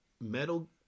metal